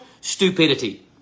stupidity